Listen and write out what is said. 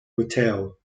hotel